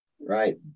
Right